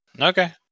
Okay